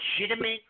legitimate